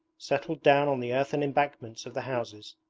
settled down on the earthen embankments of the houses.